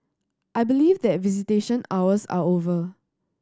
I believe that visitation hours are over